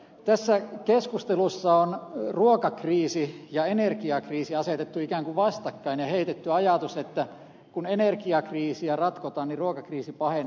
tässä keskustelussa on ruokakriisi ja energiakriisi asetettu ikään kuin vastakkain ja heitetty ajatus että kun energiakriisiä ratkotaan niin ruokakriisi pahenee